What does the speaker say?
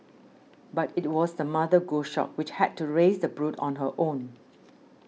but it was the mother goshawk which had to raise the brood on her own